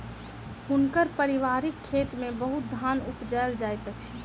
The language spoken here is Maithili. हुनकर पारिवारिक खेत में बहुत धान उपजायल जाइत अछि